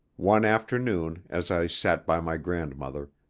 one afternoon, as i sat by my grandmother,